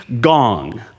gong